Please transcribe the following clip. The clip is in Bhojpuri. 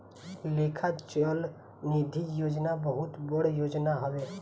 लेखा चल निधी योजना बहुत बड़ योजना हवे